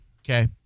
Okay